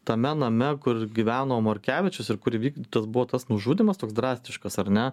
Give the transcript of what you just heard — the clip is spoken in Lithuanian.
tame name kur gyveno morkevičius ir kur įvykdytas buvo tas nužudymas toks drastiškas ar ne